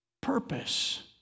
purpose